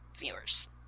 viewers